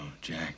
Jack